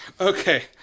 Okay